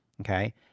Okay